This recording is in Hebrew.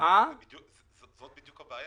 זאת בדיוק הבעיה.